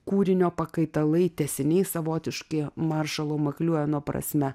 kūrinio pakaitalai tęsiniai savotiški maršalo makliujeno prasme